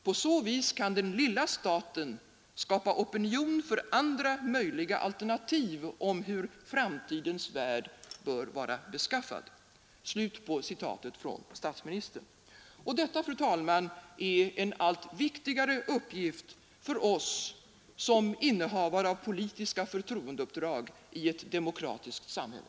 På så vis kan den lilla staten skapa opinion för andra möjliga alternativ om hur framtidens värld bör vara beskaffad.” Detta är, fru talman, en allt viktigare uppgift för oss som innehavare av politiska förtroendeuppdrag i ett demokratiskt samhälle.